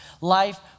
life